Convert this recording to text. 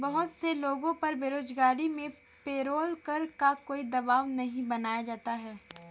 बहुत से लोगों पर बेरोजगारी में पेरोल कर का कोई दवाब नहीं बनाया जाता है